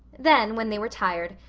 then, when they were tired,